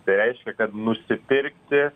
tai reiškia kad nusipirkti